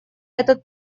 этот